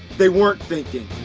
they werenit thinking!